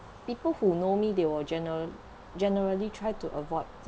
people who know me they will gene~ generally try to avoid